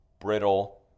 brittle